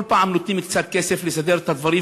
כל פעם נותנים קצת כסף לסדר את הדברים,